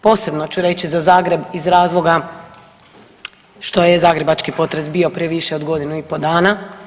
Posebno ću reći za Zagreb iz razloga što je zagrebački potres bio prije više od godinu i pol dana.